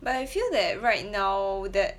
but I feel that right now that